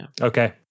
Okay